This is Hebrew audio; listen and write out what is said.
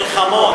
מלחמות,